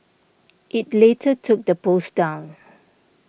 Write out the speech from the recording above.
it later took the post down